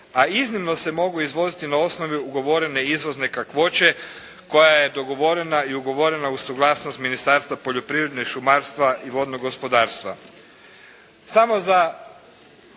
a iznimno se mogu izvoziti na osnovu ugovorene izvozne kakvoće koja je dogovorena i ugovorena uz suglasnost Ministarstva poljoprivrede, šumarstva i vodnog gospodarstva.